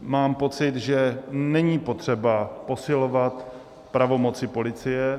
Mám pocit, že není potřeba posilovat pravomoci policie.